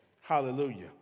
Hallelujah